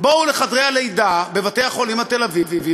בואו לחדרי הלידה בבתי-החולים התל-אביביים